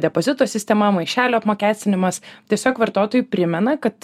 depozito sistema maišelių apmokestinimas tiesiog vartotojui primena kad